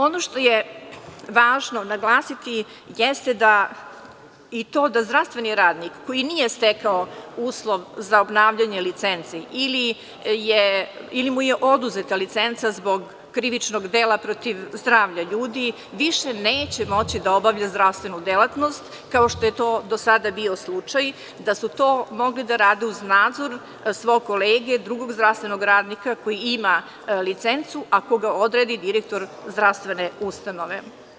Ono što je važno naglasiti jeste i to da zdravstveni radnik koji nije stekao uslov za obnavljanje licence, ili mu je oduzeta licenca zbog krivičnog dela protiv zdravlja ljudi, više neće moći da obavlja zdravstvenu delatnost, kao što je to do sada bio slučaj, da su to mogli da rade uz nadzor svog kolege, drugog zdravstvenog radnika koji ima licencu, ako ga odredi direktor zdravstvene ustanove.